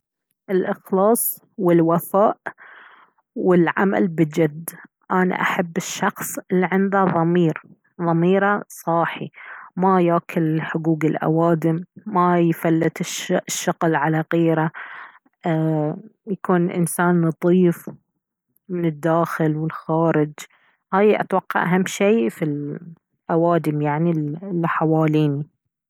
الإخلاص والوفاء والعمل بجد انا احب الشخص الي عنده ضمير ضميره صاحي ما ياكل حقوق الأوادم ما يفلت الشغل على غيره ايه يكون انسان نظيف من الداخل والخارج هاي اتوقع اهم شي في الأوادم يعني الي حواليني